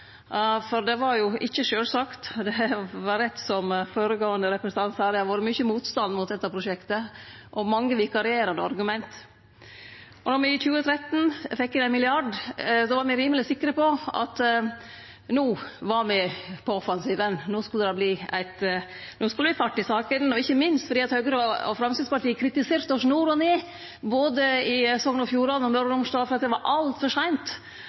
for det var ikkje sjølvsagt. Det er rett, som føregåande representant sa, at det har vore mykje motstand mot dette prosjektet, og mange vikarierande argument. Då me i 2013 fekk inn ein milliard, var me rimeleg sikre på at noe var me på offensiven, at no skulle det verte fart i sakene, ikkje minst fordi Høgre og Framstegspartiet kritiserte oss nord og ned, både i Sogn og Fjordane og i Møre og Romsdal – for at det var altfor seint